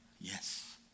Yes